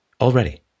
already